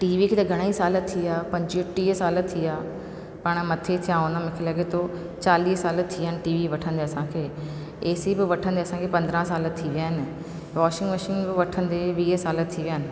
टीवीअ खे त इलाही साल थी विया पंजुवीह टीह साल थी विया पाण मथे थिया हूंदा मूंखे लॻे थो चालीह साल थी विया आहिनि टीवी वठंदे असांखे एसी बि वठंदे असांखे पंद्रहं साल थी विया आहिनि वॉशिंग मशीन बि वठंदे वीह साल थी विया आहिनि कंप्यूटर